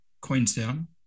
Queenstown